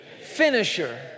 finisher